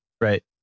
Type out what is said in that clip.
right